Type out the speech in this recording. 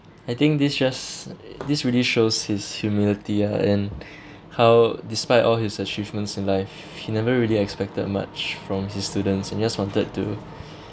I think this just this really shows his humility ah and how despite all his achievements in life he never really expected much from his students and just wanted to